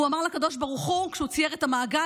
הוא אמר לקדוש ברוך הוא כשהוא צייר את המעגל,